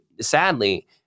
sadly